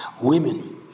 Women